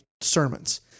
sermons